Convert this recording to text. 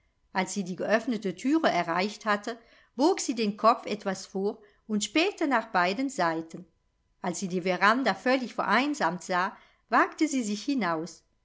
als sie die geöffnete thüre erreicht hatte bog sie den kopf etwas vor und spähte nach beiden seiten als sie die veranda völlig vereinsamt sah wagte sie sich hinaus